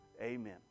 Amen